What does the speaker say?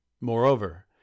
Moreover